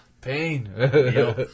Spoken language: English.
pain